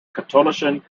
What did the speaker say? katholischen